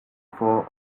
for